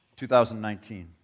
2019